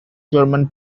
german